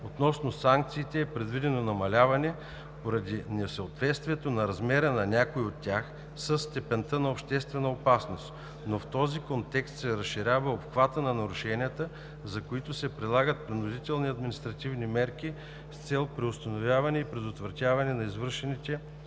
Относно санкциите е предвидено намаляване поради несъответствието на размера на някои от тях със степента на обществена опасност. Но в този контекст се разширява обхватът на нарушенията, за които се прилагат принудителни административни мерки с цел преустановяване и предотвратяване на извършените